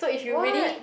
what